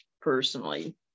personally